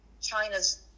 China's